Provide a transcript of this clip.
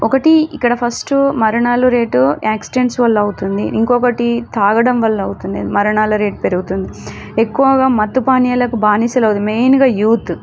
ఒకటి ఇక్కడ ఫస్టు మరణాల రేటు యాక్సిడెంట్స్ వల్ల అవుతుంది ఇంకొకటి తాగడం వల్ల అవుతుంది మరణాల రేటు పెరుగుతుంది ఎక్కువగా మత్తు పానీయాలకు బానిసలు మెయిన్గా యూత్